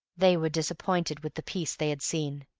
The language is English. they were disappointed with the piece they had seen.